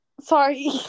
Sorry